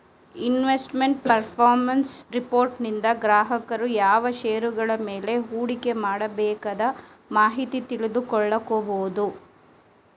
investment performance ರಿಪೋರ್ಟನಿಂದ ಗ್ರಾಹಕರು ಯಾವ ಶೇರುಗಳ ಮೇಲೆ ಹೂಡಿಕೆ ಮಾಡಬೇಕದ ಮಾಹಿತಿ ತಿಳಿದುಕೊಳ್ಳ ಕೊಬೋದು